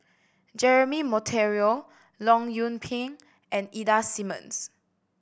Jeremy Monteiro Leong Yoon Pin and Ida Simmons